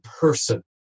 person